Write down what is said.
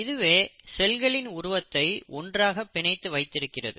இதுவே செல்களின் உருவத்தை ஒன்றாக பிணைத்து வைத்திருக்கிறது